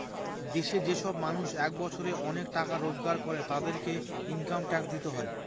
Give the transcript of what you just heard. দেশে যে সব মানুষ এক বছরে অনেক টাকা রোজগার করে, তাদেরকে ইনকাম ট্যাক্স দিতে হয়